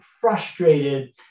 frustrated